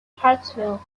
hartsville